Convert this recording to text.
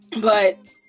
But-